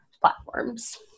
platforms